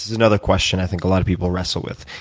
another question i think a lot of people wrestle with.